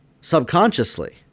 subconsciously